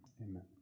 amen